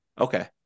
Okay